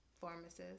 pharmacist